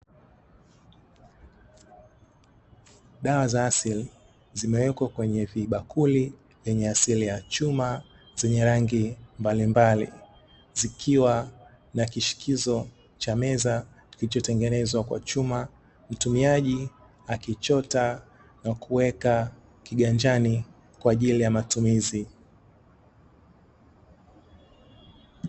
Dawa za asili zimewekwa kwenye vibakuli vyenye asili ya chuma zenye rangi mbalimbali zikiwa na kishikizo cha meza kilichotengenezwa kwa chuma mtumiaji akichota na kuweka kiganjani kwa ajili ya matumizi.